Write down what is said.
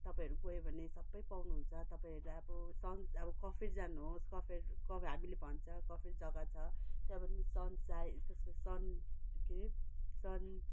तपाईँहरू गयो भने सबै पाउनु हुन्छ तपाईँहरू अब सन अब कफेर जानु होस् कफेर क हामीले भन्छ कफेर जगा छ त्यहाँ अब सन साइ सन के अरे सन